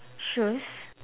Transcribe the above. shoes